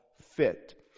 fit